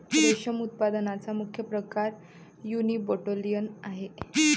रेशम उत्पादनाचा मुख्य प्रकार युनिबोल्टिन आहे